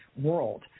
world